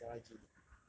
or like sarah jane